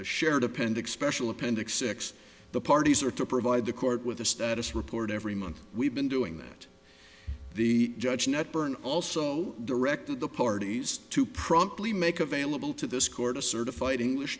a shared appendix special appendix six the parties are to provide the court with a status report every month we've been doing that the judge not burn also directed the parties to promptly make available to this court a certified english